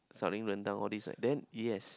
selling rendang all this like then yes